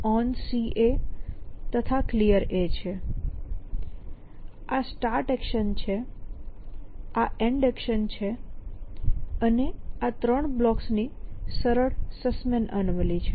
આ start action છે આ એન્ડ એક્શન છે અને આ 3 બ્લોક્સ ની સરળ સસ્મેન એનોમલી છે